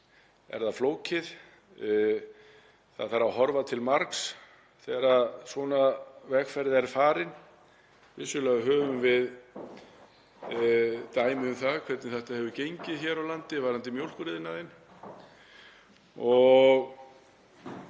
grunninn flókið. Horfa þarf til margs þegar svona vegferð er farin. Vissulega höfum við dæmi um það hvernig þetta hefur gengið hér á landi varðandi mjólkuriðnaðinn.